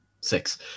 six